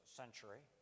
century